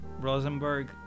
Rosenberg